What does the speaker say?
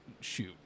shoot